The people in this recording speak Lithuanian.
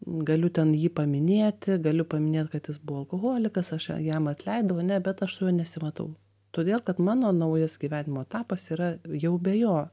galiu ten jį paminėti galiu paminėt kad jis buvo alkoholikas aš jam atleidau ane bet aš su juo nesimatau todėl kad mano naujas gyvenimo etapas yra jau be jo